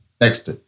Next